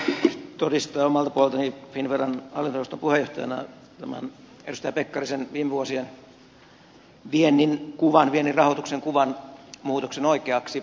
voin todistaa omalta puoleltani finnveran hallintoneuvoston puheenjohtajana tämän edustaja pekkarisen kuvaaman viime vuosien viennin rahoituksen kuvan muutoksen oikeaksi